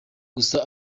gusa